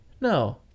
no